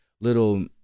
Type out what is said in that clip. little